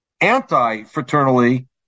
anti-fraternally